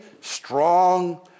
strong